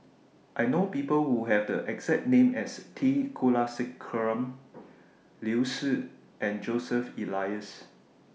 I know People Who Have The exact name as T Kulasekaram Liu Si and Joseph Elias